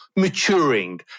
maturing